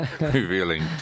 revealing